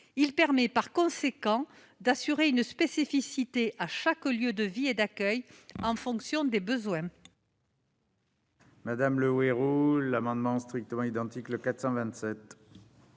Il sera ainsi possible d'assurer une spécificité à chaque lieu de vie et d'accueil en fonction des besoins.